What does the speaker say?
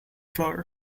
floor